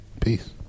Peace